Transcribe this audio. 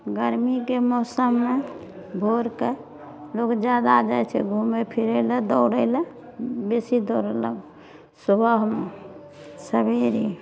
गरमीके मौसममे भोरके लोग जादा जाइत छै घूमए फिरए लऽ दौड़ए लऽ बेसी दौड़ए लऽ सुबहमे सबेरे